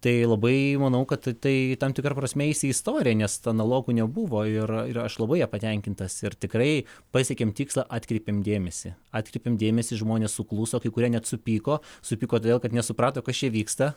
tai labai manau kad tai tam tikra prasme įeis į istoriją nes analogų nebuvo ir aš labai patenkintas ir tikrai pasiekėm tikslą atkreipėm dėmesį atkreipėm dėmesį žmonės sukluso kai kurie net supyko supyko todėl kad nesuprato kas čia vyksta